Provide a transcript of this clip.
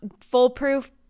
foolproof